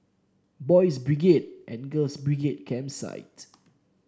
Boys' Brigade and Girls' Brigade Campsite